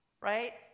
right